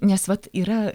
nes vat yra